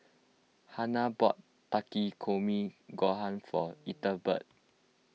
Hanna bought Takikomi Gohan for Ethelbert